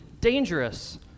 dangerous